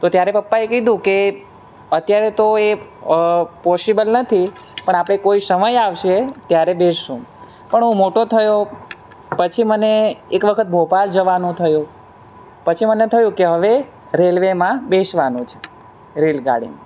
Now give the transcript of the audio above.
તો ત્યારે પપ્પાએ કીધું કે અત્યારે તો એ પોસિબલ નથી પણ આપણે કોઈ સમય આવશે ત્યારે બેસિશું પણ હું મોટો થયો પછી મને એક વખત ભોપાલ જવાનું થયું પછી મને થયું કે હવે રેલવેમાં બેસવાનું છે રેલગાડીમાં